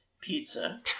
pizza